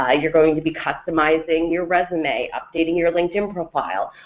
ah you're going to be customizing your resume, updating your linkedin profile,